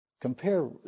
compare